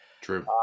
true